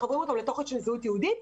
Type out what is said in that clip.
לתוכן של זהות יהודית.